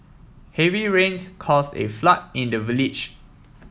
heavy rains caused a flood in the village